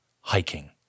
hiking